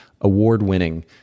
award-winning